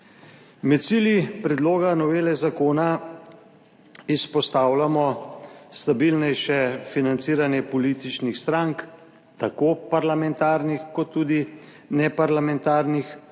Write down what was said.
Med cilji predloga novele zakona izpostavljamo stabilnejše financiranje političnih strank, tako parlamentarnih kot tudi neparlamentarnih.